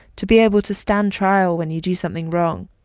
to be able to stand trial when you do something wrong.